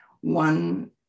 One